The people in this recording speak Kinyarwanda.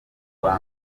rwa